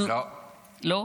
לא.